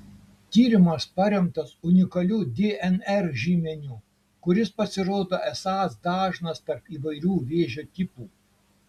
tyrimas paremtas unikaliu dnr žymeniu kuris pasirodo esąs dažnas tarp įvairių vėžio tipų